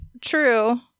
True